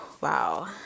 wow